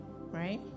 Right